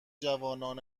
جوانان